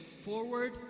forward